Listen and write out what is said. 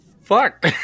fuck